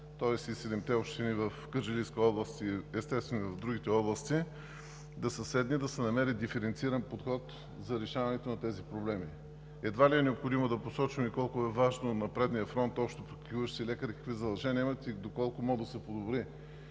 тоест и седемте общини в Кърджалийска, естествено, и в другите области, да се намери диференциран подход за решаването на тези проблеми. Едва ли е необходимо да посочвам колко е важно на предния фронт общопрактикуващите лекари какви задължения имат и доколко може да се подобри